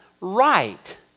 right